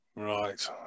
Right